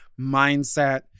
mindset